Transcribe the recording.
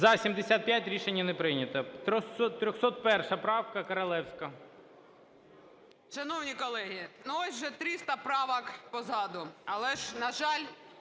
За-75 Рішення не прийнято. 301 правка, Королевська.